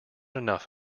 enough